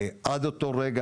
עד אותו רגע,